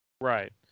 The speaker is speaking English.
Right